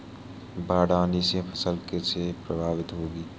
बाढ़ आने से फसल कैसे प्रभावित होगी?